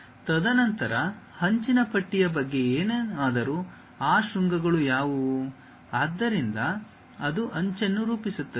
ತದನಂತರ ಅಂಚಿನ ಪಟ್ಟಿಯ ಬಗ್ಗೆ ಏನಾದರೂ ಆ ಶೃಂಗಗಳು ಯಾವುವು ಆದ್ದರಿಂದ ಅದು ಅಂಚನ್ನು ರೂಪಿಸುತ್ತದೆ